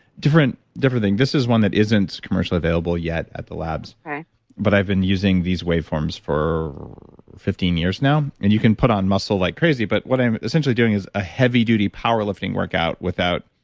different different thing. this is one that isn't commercially available yet at the labs okay but i've been using these waveforms for fifteen years now, and you can put on muscle like crazy, but what i'm essentially doing is a heavy duty power lifting workout without.